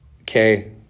Okay